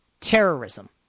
Terrorism